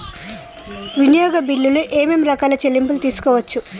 వినియోగ బిల్లులు ఏమేం రకాల చెల్లింపులు తీసుకోవచ్చు?